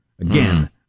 Again